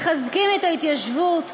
מחזקים את ההתיישבות,